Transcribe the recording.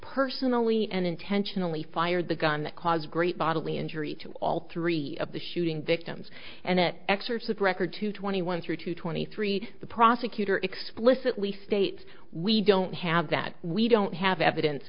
personally and intentionally fired the gun that cause great bodily injury to all three of the shooting victims and that exercise record to twenty one three to twenty three the prosecutor explicitly states we don't have that we don't have evidence